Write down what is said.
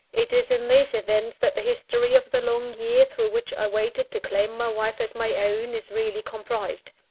it is in these events that the history of the long year through which i waited to claim my wife as my own, is really comprised.